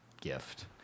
gift